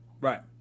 right